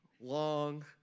long